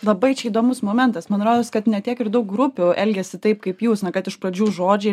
labai čia įdomus momentas man rodos kad ne tiek ir daug grupių elgiasi taip kaip jūs na kad iš pradžių žodžiai